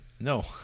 No